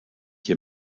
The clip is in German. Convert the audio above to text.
hier